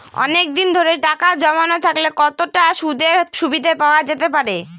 অনেকদিন ধরে টাকা জমানো থাকলে কতটা সুদের সুবিধে পাওয়া যেতে পারে?